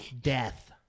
death